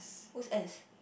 who's S